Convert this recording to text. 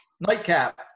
nightcap